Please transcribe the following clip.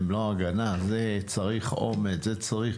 צריך אומץ לזה.